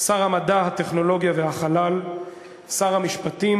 שר המדע, הטכנולוגיה והחלל, שר המשפטים